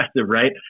right